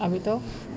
habis tu